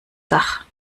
dach